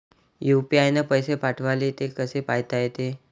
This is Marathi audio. यू.पी.आय न पैसे पाठवले, ते कसे पायता येते?